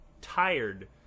tired